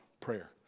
prayer